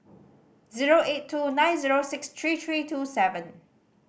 zero eight two nine zero six three three two seven